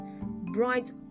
bright